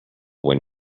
when